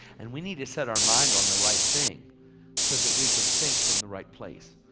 and we need to set our mind on the right thing so that we can think from the right place.